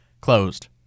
Closed